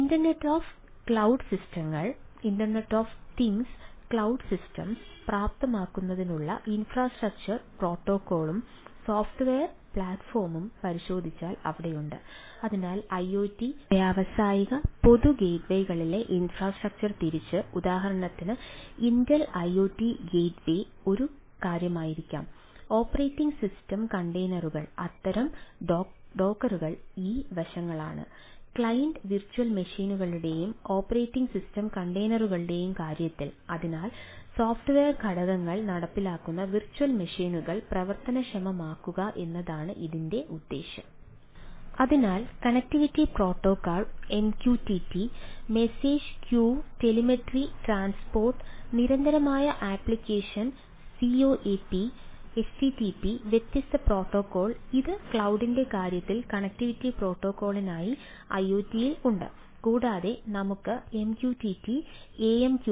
അതിനാൽ internet of cloud സിസ്റ്റങ്ങൾ പ്രവർത്തനക്ഷമമാക്കുക എന്നതാണ് ഇതിന്റെ ഉദ്ദേശ്യം